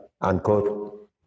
unquote